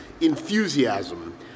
enthusiasm